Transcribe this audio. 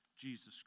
Jesus